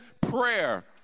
prayer